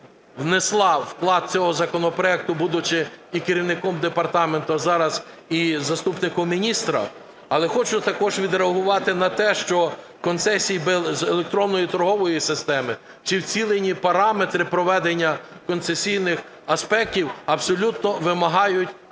внесла, вклад до цього законопроекту, будучи і керівником департаменту, а зараз і заступником міністра. Але хочу також відреагувати на те, що концесії без електронної торгової системи чи втілені параметри проведення концесійних аспектів абсолютно вимагають